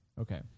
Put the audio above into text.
Okay